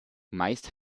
meist